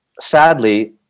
sadly